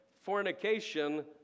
fornication